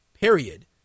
period